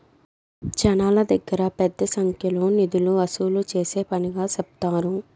జనాల దగ్గర పెద్ద సంఖ్యలో నిధులు వసూలు చేసే పనిగా సెప్తారు